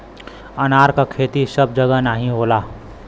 अनार क खेती सब जगह नाहीं होला